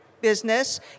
business